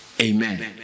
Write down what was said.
Amen